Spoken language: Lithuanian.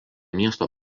miesto